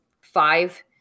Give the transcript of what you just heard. five